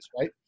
Right